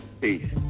Peace